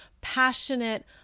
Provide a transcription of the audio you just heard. passionate